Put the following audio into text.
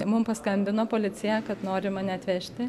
mum paskambino policija kad nori mane atvežti